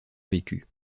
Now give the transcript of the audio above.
vécu